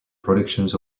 productions